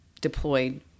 deployed